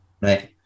right